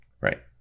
Right